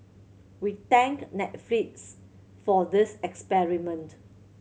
we thank Netflix for this experiment